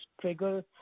trigger